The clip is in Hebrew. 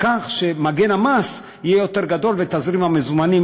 כך שמגן המס יהיה יותר גדול ותזרים המזומנים